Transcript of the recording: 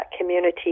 community